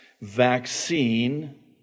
vaccine